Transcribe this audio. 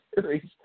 Series